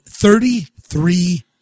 Thirty-three